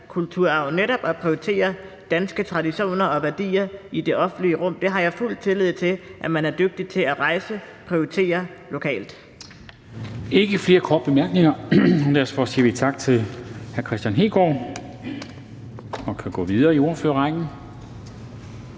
kulturarv, netop at prioritere danske traditioner og værdier i det offentlige rum. Det har jeg fuld tillid til at man er dygtig til at rejse og prioritere lokalt. Kl. 19:52 Formanden (Henrik Dam Kristensen): Der er ikke flere korte bemærkninger. Derfor siger vi tak til hr. Kristian Hegaard og kan gå videre i ordførerrækken.